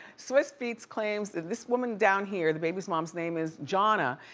swizz beatz claims that this woman down here, the baby's mom's name is jahna,